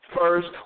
first